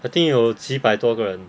I think 有几百多个人